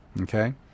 Okay